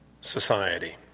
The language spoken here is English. society